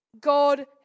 God